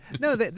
No